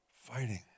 fighting